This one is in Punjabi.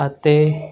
ਅਤੇ